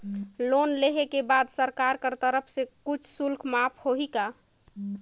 Loan लेहे के बाद सरकार कर तरफ से कुछ शुल्क माफ होही का?